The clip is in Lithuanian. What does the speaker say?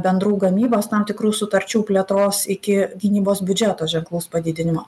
bendrų gamybos tam tikrų sutarčių plėtros iki gynybos biudžeto ženklaus padidinimo